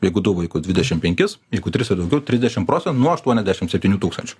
jeigu du vaikus dvidešim penkis jeigu tris ir daugiau trisdešim procentų nuo aštuoniasdešim septynių tūkstančių